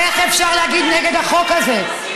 איך אפשר לדבר נגד החוק הזה?